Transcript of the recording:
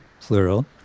plural